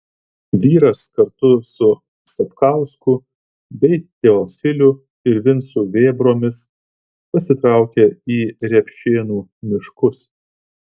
vyras kartu su sapkausku bei teofiliu ir vincu vėbromis pasitraukė į repšėnų miškus